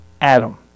Adam